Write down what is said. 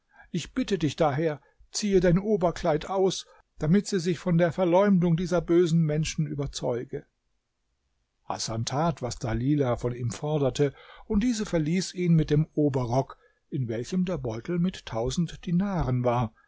ich bitte dich daher ziehe dein oberkleid aus damit sie sich von der verleumdung dieser bösen menschen überzeuge hasan tat was dalilah von ihm forderte und diese verließ ihn mit dem oberrock in welchem der beutel mit tausend dinaren war